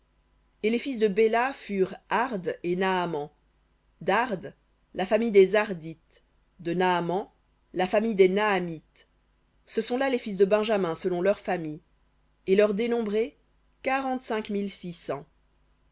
et les fils de béla furent ard et naaman la famille des ardites de naaman la famille des naamites ce sont là les fils de benjamin selon leurs familles et leurs dénombrés